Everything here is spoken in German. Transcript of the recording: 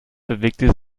bewegte